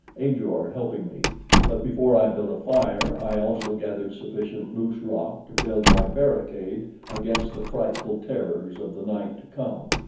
ajor helping me but before i built a fire, i also gathered sufficient loose rock to build my barricade against the frightful terrors of the night to come.